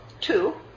two